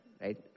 right